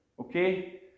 Okay